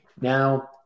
Now